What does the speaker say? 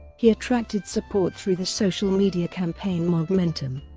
he attracted support through the social media campaign moggmentum,